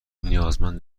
نیازمند